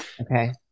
Okay